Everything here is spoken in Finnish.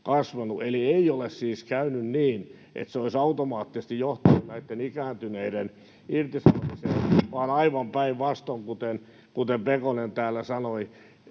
kasvanut. Eli ei ole siis käynyt niin, että se olisi automaattisesti johtanut näiden ikääntyneiden irtisanomiseen, vaan aivan päinvastoin, kuten Pekonen täällä sanoi.